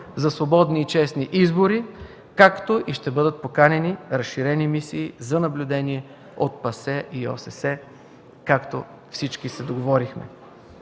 за свободни и честни избори, както и ще бъдат поканени разширени мисии за наблюдение от ПАСЕ и ОССЕ, както всички се договорихме.